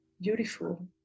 beautiful